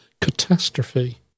Catastrophe